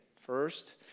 First